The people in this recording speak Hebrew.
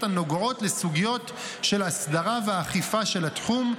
הנוגעות לסוגיות של אסדרה ואכיפה של התחום,